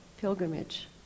pilgrimage